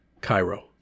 Cairo